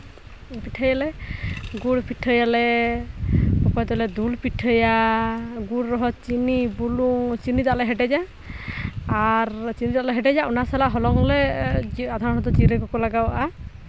ᱯᱤᱴᱷᱟᱹᱭᱟᱞᱮ ᱜᱩᱲ ᱯᱤᱴᱷᱟᱹᱭᱟᱞᱮ ᱚᱠᱚᱭ ᱫᱚᱞᱮ ᱫᱩᱞ ᱯᱤᱴᱷᱟᱹᱭᱟ ᱜᱩᱲ ᱨᱮᱦᱚᱸ ᱪᱤᱱᱤ ᱵᱩᱞᱩᱝ ᱪᱤᱱᱤ ᱫᱟᱜ ᱞᱮ ᱦᱮᱰᱮᱡᱟ ᱟᱨ ᱪᱤᱱᱤ ᱫᱟᱜ ᱞᱮ ᱦᱮᱰᱮᱡᱟ ᱚᱱᱟ ᱥᱟᱞᱟᱜ ᱦᱚᱞᱚᱝ ᱞᱮ ᱤᱭᱟᱹ ᱟᱫᱚᱢ ᱦᱚᱲ ᱫᱚ ᱡᱤᱨᱟᱹ ᱠᱚᱠᱚ ᱞᱟᱜᱟᱣᱟᱜᱼᱟ